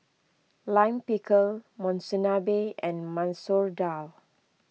Lime Pickle Monsunabe and Masoor Dal